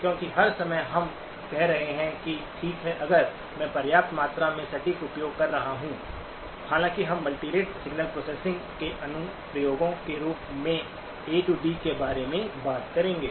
क्योंकि हर समय हम कह रहे हैं कि ठीक है अगर मैं पर्याप्त मात्रा में सटीक उपयोग कर रहा हूं हालांकि हम मल्टीरेट सिग्नल प्रोसेसिंग के एक अनुप्रयोग के रूप में ए डी AD के बारे में बात करेंगे